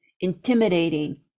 intimidating